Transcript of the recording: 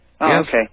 Okay